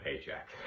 paycheck